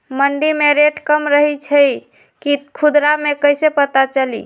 मंडी मे रेट कम रही छई कि खुदरा मे कैसे पता चली?